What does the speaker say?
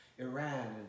Iran